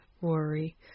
worry